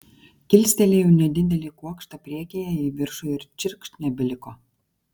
kilstelėjau nedidelį kuokštą priekyje į viršų ir čirkšt nebeliko